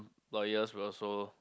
employers will also